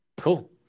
cool